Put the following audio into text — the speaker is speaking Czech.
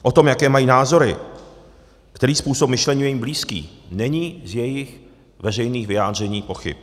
O tom, jaké mají názory, který způsob myšlení je jim blízký, není z jejich veřejných vyjádření pochyb.